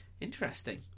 Interesting